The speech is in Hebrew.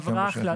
אז הייתי שומע.